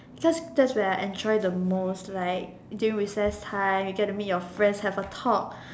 cause that's when I enjoy the most like during recess time you get to meet your friends have a talk